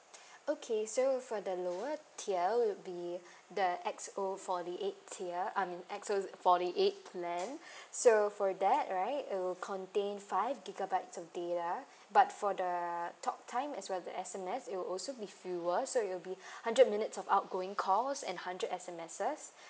okay so for the lower tier would be the X_O forty eight tier I mean X_O forty eight plan so for that right it will contain five gigabytes of data but for the talk time as well as the S_M_S it will also be fewer so it'll be hundred minutes of outgoing calls and hundred S_M_S